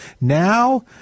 now